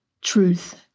truth